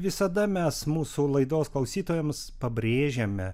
visada mes mūsų laidos klausytojams pabrėžiame